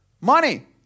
Money